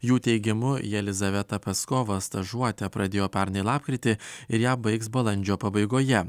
jų teigimu jelizaveta paskova stažuotę pradėjo pernai lapkritį ir ją baigs balandžio pabaigoje